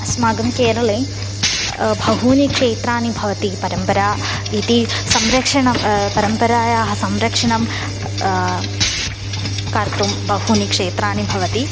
अस्माकं केरले बहूनि क्षेत्राणि भवन्ति परम्परायाः इति संरक्षणं परम्परायाः संरक्षणं कर्तुं बहूनि क्षेत्राणि भवन्ति